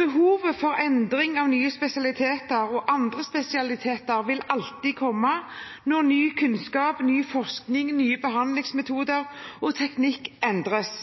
Behovet for endring av nye og andre spesialiteter vil alltid komme med ny kunnskap, ny forskning og nye behandlingsmetoder, og når teknikk endres.